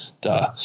Duh